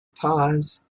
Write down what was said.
pause